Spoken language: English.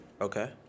Okay